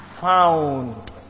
found